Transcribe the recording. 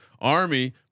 Army